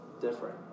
different